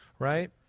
Right